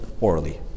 orally